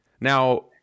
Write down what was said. Now